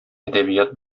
әдәбият